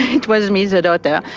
it was me the daughter.